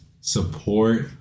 support